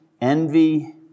envy